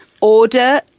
order